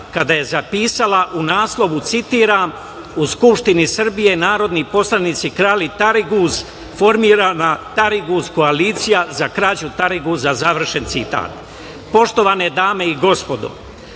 kada je zapisala u naslovu, citiram: „U Skupštini Srbije narodni poslanici krali tariguz“, „formirana tariguz koalicija“, „za krađu tariguza“, završen citat. Poštovane dame i gospodo,